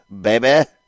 baby